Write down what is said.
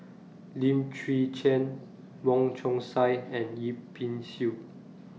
Lim Chwee Chian Wong Chong Sai and Yip Pin Xiu